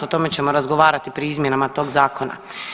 O tome ćemo razgovarati pri izmjenama toga zakona.